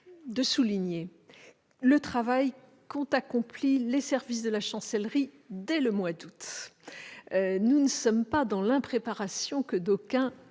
de souligner le travail qu'ont accompli les services de la Chancellerie dès le mois d'août. Nous ne sommes pas dans l'impréparation que d'aucuns